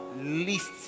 least